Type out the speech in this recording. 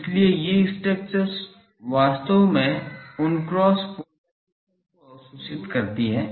इसलिए ये स्ट्रक्चर्स वास्तव में उन क्रॉस पोलेराइजेशन को अवशोषित करती हैं